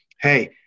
hey